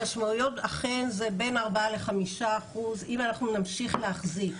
המשמעויות אכן זה בין 4% ל-5% אם אנחנו נמשיך להחזיק